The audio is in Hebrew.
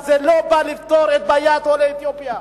זה לא בא לפתור את בעיית עולי אתיופיה.